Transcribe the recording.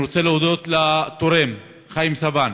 אני רוצה להודות לתורם חיים סבן,